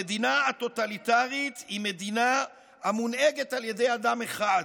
המדינה הטוטליטרית היא מדינה המונהגת על ידי אדם אחד,